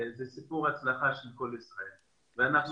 זה סיפור הצלחה של כל ישראל ואנחנו